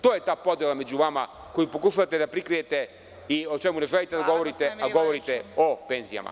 To je ta podela među vama koju pokušavate da prikrijete i o čemu ne želite da govorite, a govorite o penzijama.